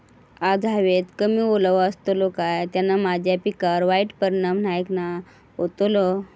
आज हवेत कमी ओलावो असतलो काय त्याना माझ्या पिकावर वाईट परिणाम नाय ना व्हतलो?